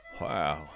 Wow